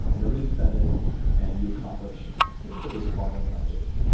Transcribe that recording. nobody's offended and you accomplish the purpose of pausing the conversation.